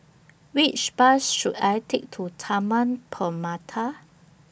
Which Bus should I Take to Taman Permata